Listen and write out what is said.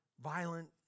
violent